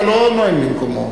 אתה לא נואם במקומו.